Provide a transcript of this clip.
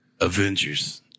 Avengers